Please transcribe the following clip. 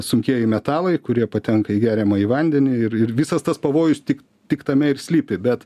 sunkieji metalai kurie patenka į geriamąjį vandenį ir ir visas tas pavojus tik tik tame ir slypi bet